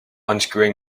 unscrewing